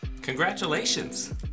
Congratulations